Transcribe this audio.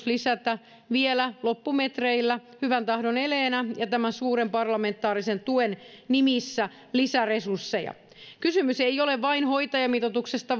lisätä vielä loppumetreillä hyvän tahdon eleenä ja tämän suuren parlamentaarisen tuen nimissä lisäresursseja kysymys ei ole vain hoitajamitoituksesta